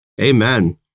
Amen